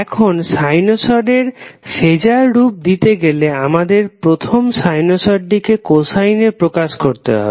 এখন সাইনোসডের ফেজার রূপ দিতে গেলে আমাদের প্রথম সাইনোসডটিকে কোসাইনে প্রকাশ করতে হবে